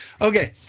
Okay